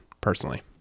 personally